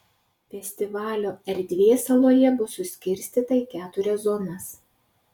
festivalio erdvė saloje bus suskirstyta į keturias zonas